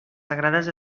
sagrades